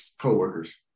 co-workers